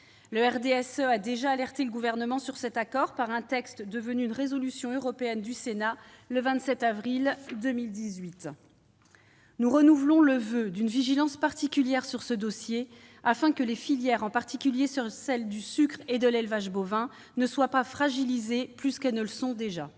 Le RDSE a déjà alerté le Gouvernement sur cet accord par un texte devenu le 27 avril 2018 une résolution européenne du Sénat. Nous renouvelons le voeu d'une vigilance particulière sur ce dossier afin que les filières, en particulier celles du sucre et de l'élevage bovin, ne soient pas fragilisées plus qu'elles ne le sont déjà.